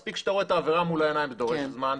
מספיק שאתה רואה את העבירה מול העיניים זה דורש זמן,